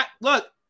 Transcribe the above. Look